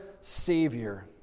Savior